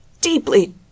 deeply